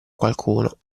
qualcuno